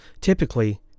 typically